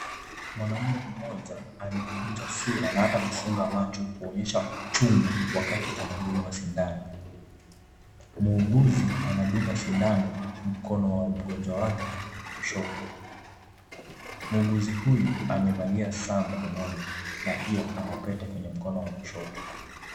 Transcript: Mwanaume mmoja amekunja sura na ata kufunga macho kuonyesha uchungu wakati anadungwa sindano. Mhuguzi anadunga sindano mkono wa mgonjwa wake kushoto. Mhuguzi huyu amevalia saa mkononi na pia ana pete kwenye mkono wa kushoto.